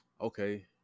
okay